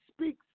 speaks